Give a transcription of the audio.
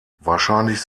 wahrscheinlich